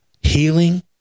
healing